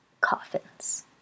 coffins